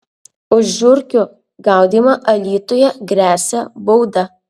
už žiurkių gaudymą alytuje gresia bauda